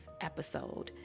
episode